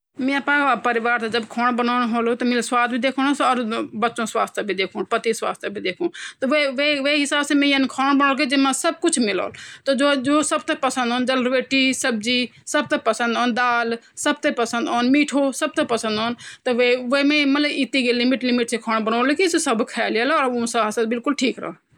ऑक्टोपस जु ची यो समुद्री जीव ची ये क्या हौंडा साथ आठ बल बहुत सारा दस बारा हाथ पाव होंद अंगर हम उन हाथ पाव ते काटी द्युन्दा न तह वो तभी भी जिन्दा रेंध दस बारा घंटा तक वो जिन्दा रेंध चाहे हम वे ते गरम पाणी मा भी डाली देन तभी भी वो बल जन जान वेन वो चलन ची